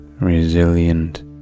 resilient